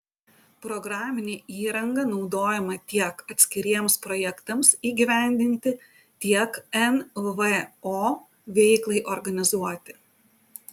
programinė įranga naudojama tiek atskiriems projektams įgyvendinti tiek nvo veiklai organizuoti